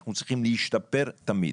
אנחנו צריכים להשתפר תמיד.